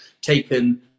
taken